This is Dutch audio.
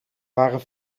waren